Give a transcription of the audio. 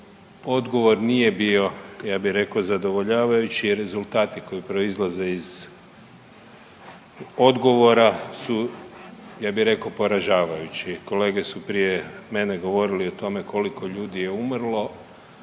odgovor nije bio, ja bih rekao zadovoljavajući jer rezultati koji proizlaze iz odgovora su ja bi rekao poražavajući. Kolege su prije mene govorili o tome koliko ljudi je umrlo,